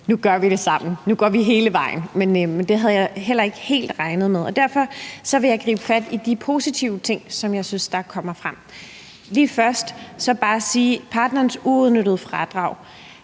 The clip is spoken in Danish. nu gør vi det sammen, at nu går vi hele vejen, men det havde jeg nok ikke helt regnet med, så derfor vil jeg gribe fat i de positive ting, som jeg synes der er kommet frem. Først vil jeg bare lige sige, at den del,